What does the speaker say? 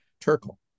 Turkle